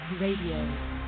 Radio